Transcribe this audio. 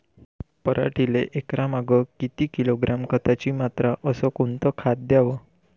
पराटीले एकरामागं किती किलोग्रॅम खताची मात्रा अस कोतं खात द्याव?